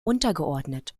untergeordnet